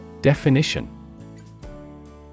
Definition